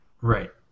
Right